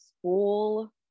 school